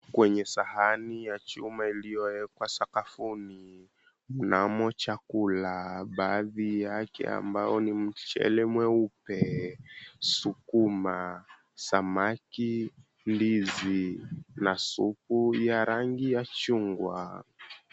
Kwenye sahani ya chuma iliyowekwa sakafuni mnamo chakula na baadhi yake ambao ni mchele mweupe, sukuma, samaki, ndizi na supu ya rangi ya chungwa.